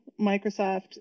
Microsoft